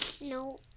No